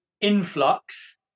Influx